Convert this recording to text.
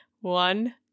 One